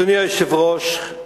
אדוני היושב-ראש,